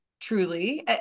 truly